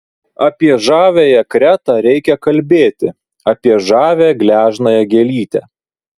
apie žaviąją kretą reikia kalbėti apie žavią gležnąją gėlytę